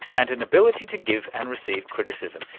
and an ability to give and receive criticism.